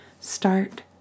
Start